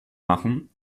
machen